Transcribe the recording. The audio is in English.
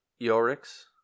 Yorix